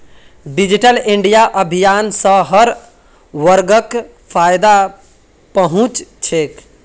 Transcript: digital India अभियान स हर वर्गक फायदा पहुं च छेक